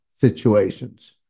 situations